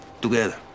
Together